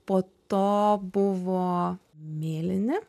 po to buvo mėlyni